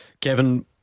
Kevin